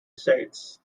sides